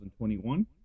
2021